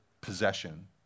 possession